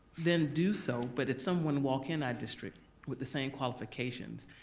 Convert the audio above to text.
then do so but if someone walk in our district with the same qualifications,